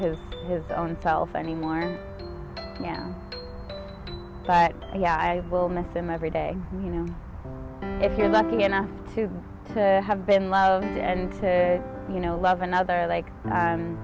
his his own self anymore but yeah i will miss him every day you know if you're lucky enough to have been loved and you know love another like